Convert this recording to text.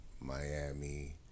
Miami